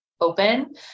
open